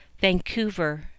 Vancouver